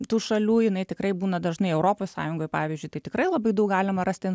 tų šalių jinai tikrai būna dažnai europos sąjungoj pavyzdžiui tai tikrai labai daug galima rasti